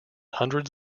hundreds